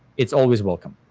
it's always welcome.